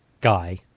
guy